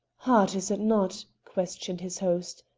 hard, is it not? questioned his host.